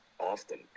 Often